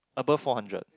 above four hundred